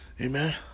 Amen